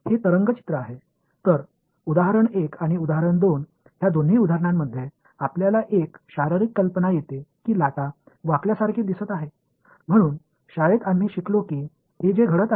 எனவே இந்த இரண்டு எடுத்துக்காட்டுகளிலும் எடுத்துக்காட்டு 1 மற்றும் எடுத்துக்காட்டு 2 இல் அலைகள் சரியாக வளைந்து கொடுப்பதாகத் தெரிகிறது என்ற பிஸிக்கல் யோசனை நமக்குக் கிடைக்கிறது